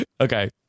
okay